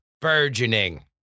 burgeoning